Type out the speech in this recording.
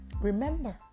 Remember